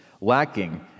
lacking